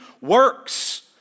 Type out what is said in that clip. works